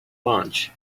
launch